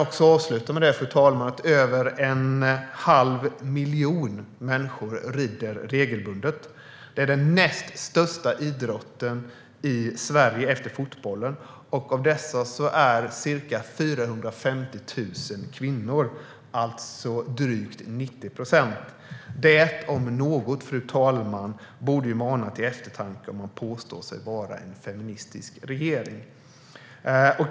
Jag kan avsluta med att säga att över en halv miljon människor rider regelbundet - det är den näst största idrotten i Sverige efter fotbollen - och av dem är ca 450 000 kvinnor, alltså drygt 90 procent. Detta om något borde mana till eftertanke om man påstår sig vara en feministisk regering.